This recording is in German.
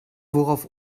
worauf